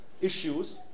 issues